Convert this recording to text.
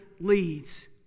leads